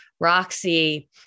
Roxy